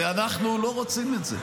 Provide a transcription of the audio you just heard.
ואנחנו לא רוצים את זה.